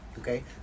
Okay